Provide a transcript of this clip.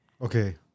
Okay